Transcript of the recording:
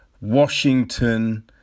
Washington